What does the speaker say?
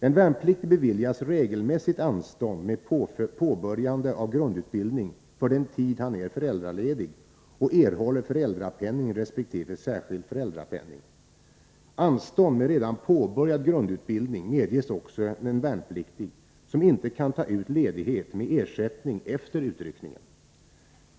En värnpliktig beviljas regelmässigt anstånd med påbörjande av grundutbildning för den tid han är föräldraledig och erhåller föräldrapenning resp. särskild föräldrapenning. Anstånd med redan påbörjad grundutbildning medges också en värnpliktig som inte kan ta ut ledighet med ersättning efter utryckningen.